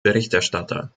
berichterstatter